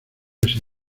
ese